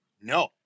no